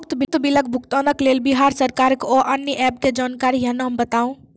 उक्त बिलक भुगतानक लेल बिहार सरकारक आअन्य एप के जानकारी या नाम बताऊ?